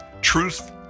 Truth